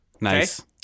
Nice